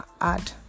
add